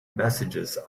messages